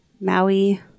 Maui